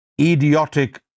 Idiotic